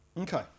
Okay